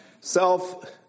Self